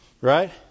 right